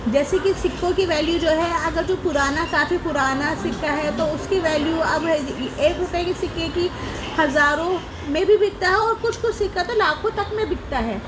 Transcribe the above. جیسے کہ سکوں کی ویلیو جو ہے اگر جو پرانا کافی پرانا سکہ ہے تو اس کی ویلیو اب ایک ایک روپئے کے سکے کی ہزاروں میں بھی بکتا ہے اور کچھ کچھ سکہ تو لاکھوں تک میں بکتا ہے